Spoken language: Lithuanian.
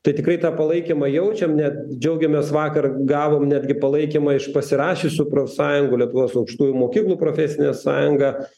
tai tikrai tą palaikymą jaučiam net džiaugiamės vakar gavom netgi palaikymą iš pasirašiusių profsąjungų lietuvos aukštųjų mokyklų profesinė sąjunga